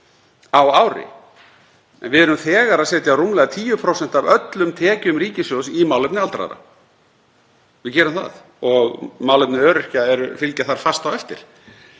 á ári. Við erum þegar að setja rúmlega 10% af öllum tekjum ríkissjóðs í málefni aldraðra. Við gerum það. Málefni öryrkja fylgja þar fast á eftir.